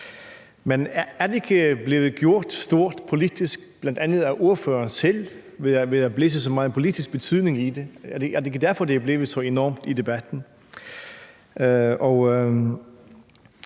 Men er det ikke blevet gjort til noget stort politisk, bl.a. af ordføreren selv, ved at blæse så meget politisk betydning i det? Er det ikke derfor, det er blevet så enormt i debatten?